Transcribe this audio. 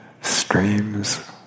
streams